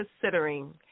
considering